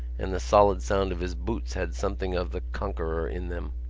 and the solid sound of his boots had something of the conqueror in them.